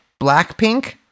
Blackpink